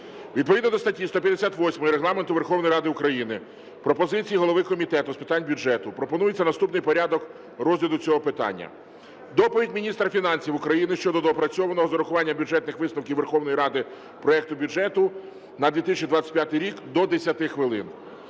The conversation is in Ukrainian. Відповідно до статті 158 Регламенту Верховної Ради України, пропозиції голови Комітету з питань бюджету пропонується наступний порядок розгляду цього питання. Доповідь міністра фінансів України щодо доопрацьованого з урахуванням Бюджетних висновків Верховної Ради проекту бюджету на 2025 рік – до 10 хвилин;